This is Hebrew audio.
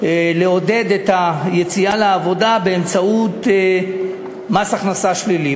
לעודד את היציאה לעבודה באמצעות מס הכנסה שלילי.